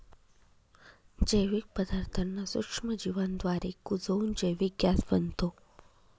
जैविक पदार्थांना सूक्ष्मजीवांद्वारे कुजवून जैविक गॅस बनतो